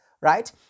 right